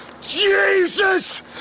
Jesus